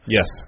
Yes